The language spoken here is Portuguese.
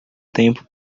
tempo